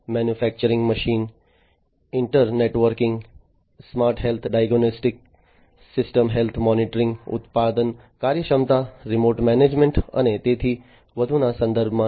manufacturing machine internetworking system health diagnostics system health monitoring ઉત્પાદન કાર્યક્ષમતા remote management અને તેથી વધુના સંદર્ભમાં